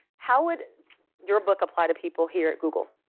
how would your book apply to people here at google?